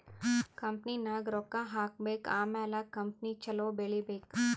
ಕಂಪನಿನಾಗ್ ರೊಕ್ಕಾ ಹಾಕಬೇಕ್ ಆಮ್ಯಾಲ ಕಂಪನಿ ಛಲೋ ಬೆಳೀಬೇಕ್